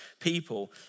people